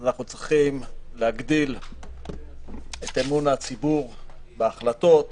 אנחנו צריכים להגדיל את אמון הציבור בהחלטות,